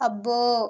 అబ్బో